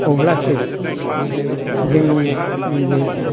अब्लासो जोंनि नैबे